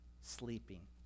sleeping